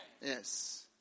Yes